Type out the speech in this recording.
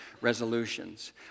resolutions